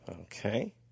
Okay